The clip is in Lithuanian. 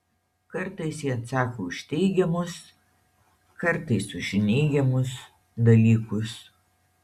kartais ji atsako už teigiamus kartais už neigiamus dalykus